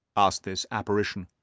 asked this apparition.